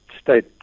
state